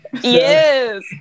Yes